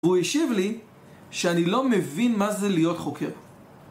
והוא השיב לי, שאני לא מבין מה זה להיות חוקר.